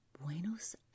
Buenos